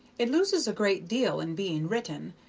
it loses a great deal in being written,